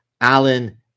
Alan